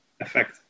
effect